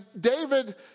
David